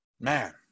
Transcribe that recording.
Man